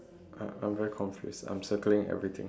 uh I'm very confused I'm circling everything